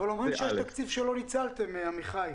אבל אומרים שיש תקציב שלא ניצלתם, עמיחי.